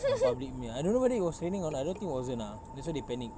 yang public punya I don't know it was raining or not I don't think it wasn't ah that's why they panic